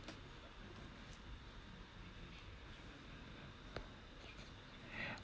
eh